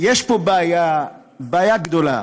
יש פה בעיה, בעיה גדולה,